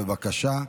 בבקשה.